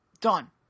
Done